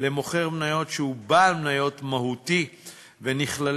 למוכר מניות שהוא בעל מניות מהותי ונכללים